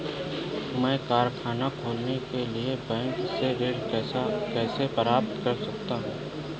मैं कारखाना खोलने के लिए बैंक से ऋण कैसे प्राप्त कर सकता हूँ?